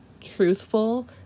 truthful